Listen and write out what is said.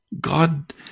God